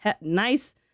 nice